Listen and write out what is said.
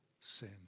sin